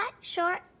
short